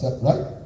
right